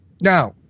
Now